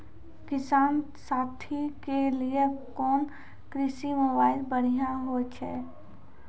किसान साथी के लिए कोन कृषि मोबाइल बढ़िया होय छै?